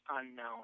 unknown